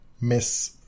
Miss